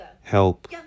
help